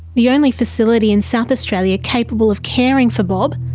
the only facility in south australia capable of caring for bob,